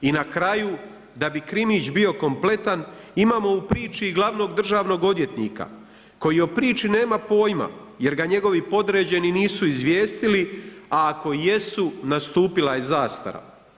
I na kraju, da bi krimić bio kompletan, imamo i u priči glavnog državnog odvjetnika, koji o priči nema pojama, jer ga njegovi podređeni nisu izvjestili, a ako i jesu, nastupila je zastara.